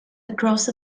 across